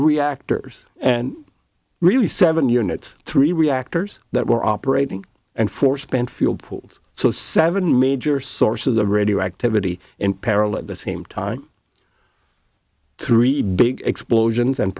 reactors and really seven units three reactors that were operating and four spent fuel pools so seven major source of the radioactivity in peril at the same time three big explosions and